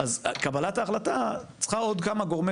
אז קבלת ההחלטה צריכה עוד כמה גורמי